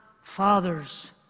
fathers